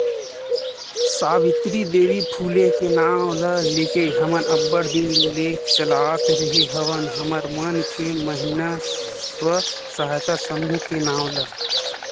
सावित्री देवी फूले के नांव ल लेके हमन अब्बड़ दिन ले चलात रेहे हवन हमर मन के महिना स्व सहायता समूह के नांव ला